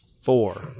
Four